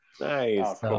nice